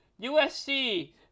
USC